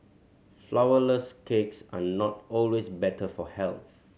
flourless cakes are not always better for health